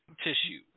tissue